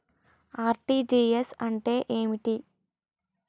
RTGS అంటే ఏమిటి?